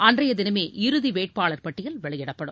அன்றைய தினமே இறுதி வேட்பாளர் பட்டியல் வெளியிடப்படும்